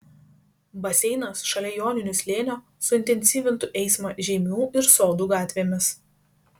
baseinas šalia joninių slėnio suintensyvintų eismą žeimių ir sodų gatvėmis